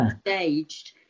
staged